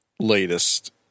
latest